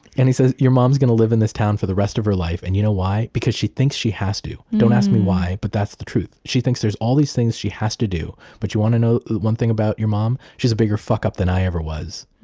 and he says, your mom's gonna live in this town for the rest of her life, and you know why? because she thinks she has to. don't ask me why, but that's the truth. she thinks there's all these things she has to do. but you want to know one thing about your mom? she's a bigger fuck-up than i ever was